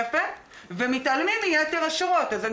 אי-אפשר בגלל הנקודה הספציפית הזאת לפתור את כל הנושא הגדול בבוקר.